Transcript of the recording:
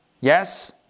Yes